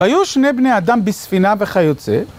היו שני בני אדם בספינה וכיוצא.